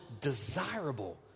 desirable